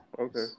Okay